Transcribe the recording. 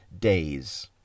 days